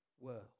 world